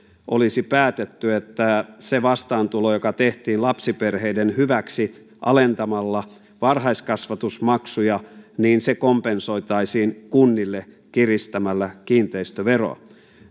olisi päätetty että se vastaantulo joka tehtiin lapsiperheiden hyväksi alentamalla varhaiskasvatusmaksuja kompensoitaisiin kunnille kiristämällä kiinteistöveroa